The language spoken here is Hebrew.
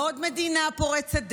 לא עוד מדינה פורצת דרך,